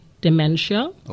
dementia